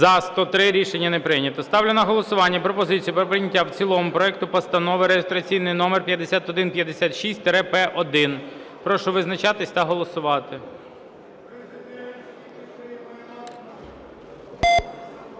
За-103 Рішення не прийнято. Ставлю на голосування пропозицію про прийняття в цілому проекту Постанови реєстраційний номер 5156-П1. Прошу визначатись та голосувати.